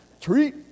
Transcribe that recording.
Treat